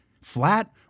Flat